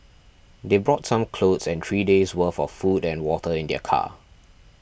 they brought some clothes and three days' worth of food and water in their car